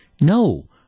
no